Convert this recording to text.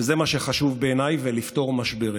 שזה מה שחשוב בעיניי, ולפתור משברים.